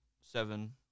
seven